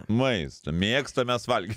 maistą mėgstam mes valgyt